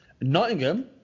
Nottingham